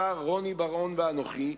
השר רוני בר-און ואנוכי,